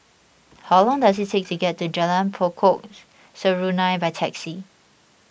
how long does it take to get to Jalan Pokok Serunai by taxi